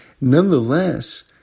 Nonetheless